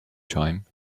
time